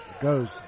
goes